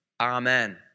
Amen